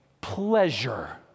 pleasure